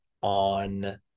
on